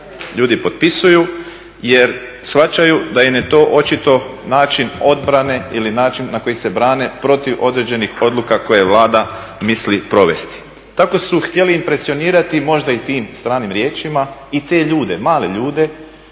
Ljudi potpisuju jer shvaćaju da im je to očito način odbrane ili način na koji se protiv određenih odluka koje Vlada misli provesti. Tako su htjeli i impresionirati možda tim stranim riječima i te ljude, male ljude